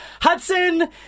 Hudson